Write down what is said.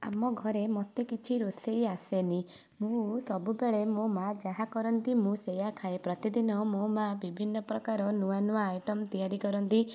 ଆମ ଘରେ ମୋତେ କିଛି ରୋଷେଇ ଆସେନି ମୁଁ ସବୁବେଳେ ମୋ ମାଆ ଯାହା କରନ୍ତି ମୁଁ ସେଇଆ ଖାଏ ପ୍ରତିଦିନ ମୋ ମାଆ ବିଭିନ୍ନ ପ୍ରକାର ନୂଆ ନୂଆ ଆଇଟମ୍ ତିଆରି କରନ୍ତି